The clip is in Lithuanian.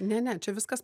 ne ne čia viskas